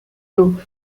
two